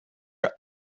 are